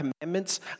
commandments